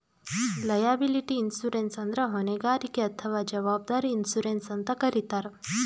liability insurance ಅಂದ್ರ ಹೊಣೆಗಾರಿಕೆ ಅಥವಾ ಜವಾಬ್ದಾರಿ ಇನ್ಶೂರೆನ್ಸ್ ಅಂತ್ ಕರಿತಾರ್